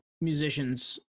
musicians